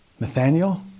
Nathaniel